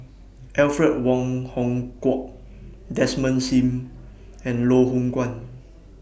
Alfred Wong Hong Kwok Desmond SIM and Loh Hoong Kwan